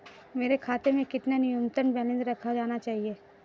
मेरे खाते में कितना न्यूनतम बैलेंस रखा जाना चाहिए?